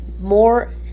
more